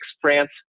France